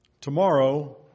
Tomorrow